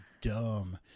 dumb